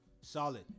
Solid